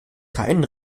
kein